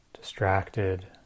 distracted